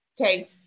okay